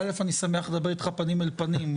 א' אני שמח לדבר איתך פנים אל פנים.